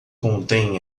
contêm